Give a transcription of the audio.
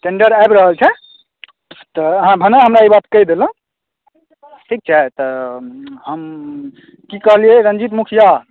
tender आबि रहल छै तऽ अहाँ भने हमरा ई बात कहि देलहुँ ठीक छै तऽ हम की कहलियै रञ्जित मुखिआ